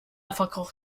verkroch